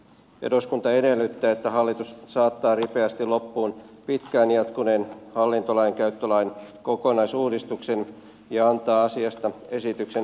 eduskunta edellyttää että hallitus saattaa ripeästi loppuun pitkään jatkuneen hallintolainkäyttölain kokonaisuudistuksen ja antaa asiasta esityksen eduskunnalle